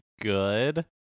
good